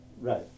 Right